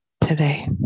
today